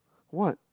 what